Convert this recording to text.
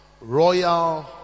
royal